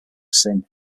sin